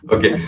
Okay